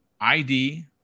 ID